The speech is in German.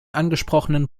angesprochenen